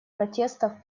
протестов